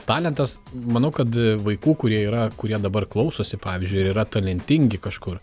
talentas manau kad vaikų kurie yra kurie dabar klausosi pavyzdžiui ir yra talentingi kažkur